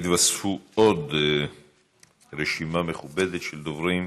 התווספה עוד רשימה מכובדת של דוברים.